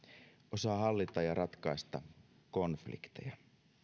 osaa hallita ja ratkaista konflikteja